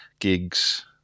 Gigs